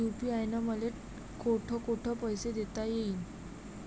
UPI न मले कोठ कोठ पैसे देता येईन?